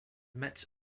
met